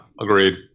Agreed